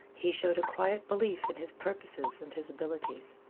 he showed a quiet belief in his purposes and his abilities.